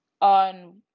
On